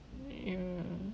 ya